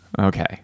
okay